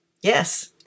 Yes